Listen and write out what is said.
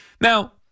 Now